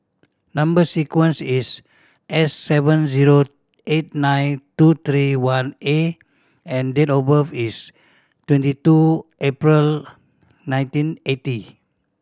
number sequence is S seven zero eight nine two three one A and date of birth is twenty two April nineteen eighty